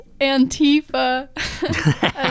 Antifa